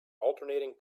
alternating